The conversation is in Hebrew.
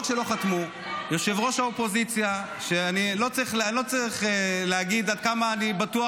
ראש האופוזיציה שאני לא צריך להגיד עד כמה שאני בטוח